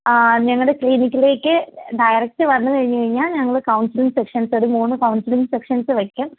ഞങ്ങളുടെ ക്ലീനിക്കിലേക്ക് ഡയറക്റ്റ് വന്ന് കഴിഞ്ഞ് കഴിഞ്ഞാൽ ഞങ്ങൾ കൗൺസിലിങ് സെക്ഷൻസ്സ് തരും ഒരു മൂന്ന് കൗൺസിലിങ് സെക്ഷൻസ് വെക്കും